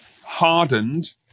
hardened